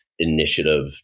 initiative